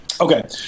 Okay